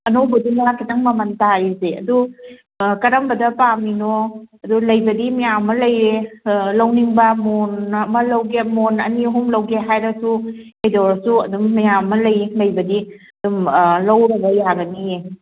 ꯑꯅꯧꯕꯗꯨꯅ ꯈꯤꯇꯪ ꯃꯃꯜ ꯇꯥꯔꯤꯁꯦ ꯑꯗꯨ ꯀꯔꯝꯕꯗ ꯄꯥꯝꯃꯤꯅꯣ ꯑꯗꯨ ꯂꯩꯕꯗꯤ ꯃꯌꯥꯝ ꯑꯃ ꯂꯩꯌꯦ ꯂꯧꯅꯤꯡꯕ ꯃꯣꯟ ꯑꯃ ꯂꯧꯒꯦ ꯃꯣꯟ ꯑꯅꯤ ꯑꯍꯨꯝ ꯂꯧꯒꯦ ꯍꯥꯏꯔꯁꯨ ꯀꯩꯗꯧꯔꯁꯨ ꯑꯗꯨꯝ ꯃꯌꯥꯝ ꯑꯃ ꯂꯩꯌꯦ ꯂꯩꯕꯗꯤ ꯑꯗꯨꯝ ꯂꯧꯔꯕ ꯌꯥꯒꯅꯤꯌꯦ